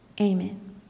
Amen